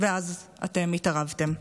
ואז אתם התערבתם.